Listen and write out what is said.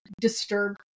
disturbed